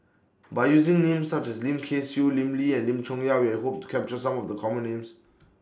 By using Names such as Lim Kay Siu Lim Lee and Lim Chong Yah we're Hope to capture Some of The Common Names